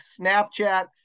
snapchat